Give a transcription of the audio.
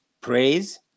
praise